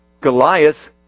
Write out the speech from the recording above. Goliath